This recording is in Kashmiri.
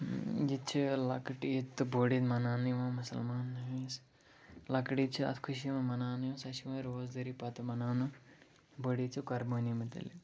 ییٚتہِ چھِ لۄکٕٹ عیٖد تہٕ بٔڑ عیٖد مَناونہٕ یِوان مُسلمانَن ہٕنٛز لۄکٕٹ عیٖد چھِ اَتھ خوشی یِوان مَناونہٕ سۄ چھِ یِوان روزدٲری پَتہٕ مَناونہٕ بٔڑ عیٖد چھِ قۄربٲنی مُتعلِق